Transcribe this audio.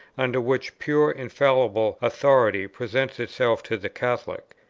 under which pure infallible authority presents itself to the catholic.